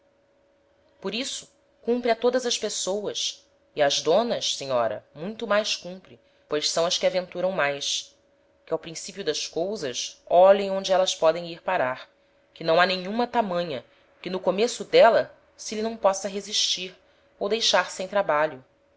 por isso cumpre a todas as pessoas e ás donas senhora muito mais cumpre pois são as que aventuram mais que ao principio das cousas olhem onde élas podem ir parar que não ha nenhuma tamanha que no começo d'éla se lhe não possa resistir ou deixar sem trabalho